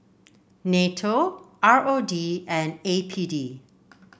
NATO R O D and A P D